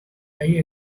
lie